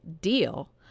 deal